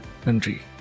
country